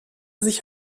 sich